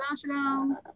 Shalom